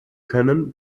können